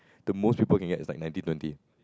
the most people can get is like nineteen twenty